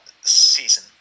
season